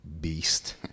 beast